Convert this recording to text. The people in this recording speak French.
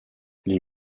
les